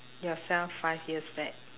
yourself five years back